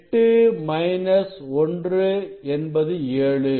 8 minus என்பது 7